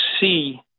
see